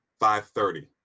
530